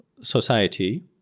society